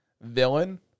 villain